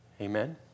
Amen